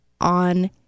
on